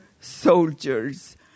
soldiers